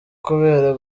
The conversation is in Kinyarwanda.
kubera